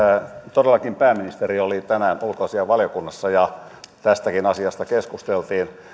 todellakin pääministeri oli tänään ulkoasiainvaliokunnassa ja tästäkin asiasta keskusteltiin